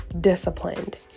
disciplined